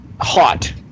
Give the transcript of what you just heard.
hot